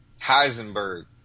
heisenberg